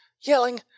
yelling